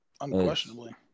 Unquestionably